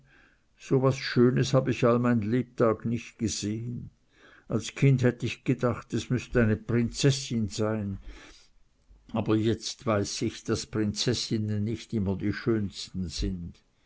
so was schönes hab ich all mein lebtag nicht gesehn als kind hätt ich gedacht es müß eine prinzessin sein aber jetzt weiß ich daß prinzessinnen nicht immer die schönsten sind